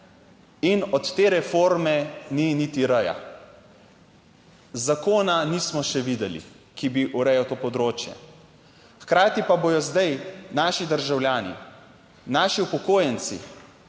In od te reforme ni niti r. Zakona, nismo še videli, ki bi urejal to področje, hkrati pa bodo zdaj naši državljani, naši upokojenci